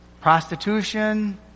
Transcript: prostitution